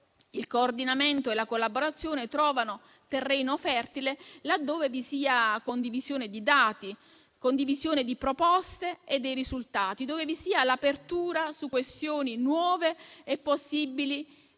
Il coordinamento e la collaborazione trovano terreno fertile laddove vi sia condivisione di dati, di proposte e di risultati e dove vi sia l'apertura su questioni nuove e possibili